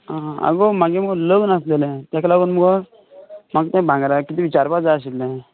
आं हां आगो म्हगे मगो लग्न आसलेले तेका लागोन मगो म्हाका ते भांगराचे किदें विचारपाक जाय आशिल्ले